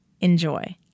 Enjoy